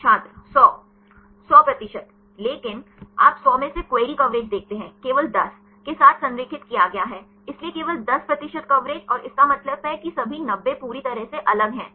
छात्र 100 100 प्रतिशत लेकिन आप 100 में से क्वेरी कवरेज देखते हैं केवल 10 के साथ संरेखित किया गया है इसलिए केवल 10 प्रतिशत कवरेज और इसका मतलब है कि सभी 90 पूरी तरह से अलग हैं